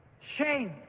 shame